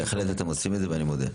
אתם בהחלט עושים את זה ואני מודה.